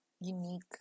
unique